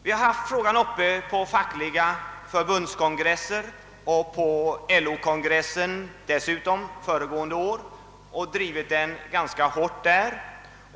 Vi har haft frågan uppe på fackliga förbundskongresser och dessutom på LO-kongressen föregående år och där drivit den ganska hårt.